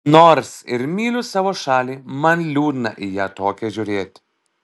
nors ir myliu savo šalį man liūdna į ją tokią žiūrėti